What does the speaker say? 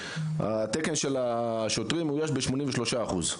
התקן של השוטרים מאויש ב-83 אחוז.